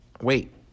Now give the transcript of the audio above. wait